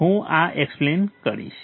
હું આ એક્સપ્લેઇન કરીશ